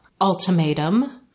Ultimatum